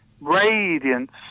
Radiance